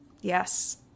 Yes